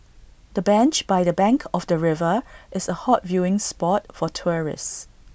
the bench by the bank of the river is A hot viewing spot for tourists